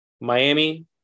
Miami